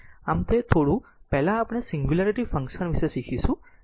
આમ તે થોડું પહેલાં આપણે સિંગ્યુલારીટી ફંક્શન વિશે શીખીશું તે વિશે શીખીશું